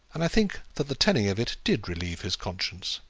and i think that the telling of it did relieve his conscience.